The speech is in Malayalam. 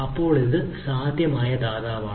അപ്പോൾ ഇത് സാധ്യമായ ദാതാവാണ്